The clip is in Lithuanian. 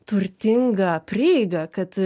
turtinga prieiga kad